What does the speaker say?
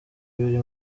biri